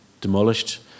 demolished